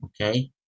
okay